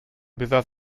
besaß